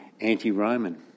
anti-Roman